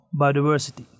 biodiversity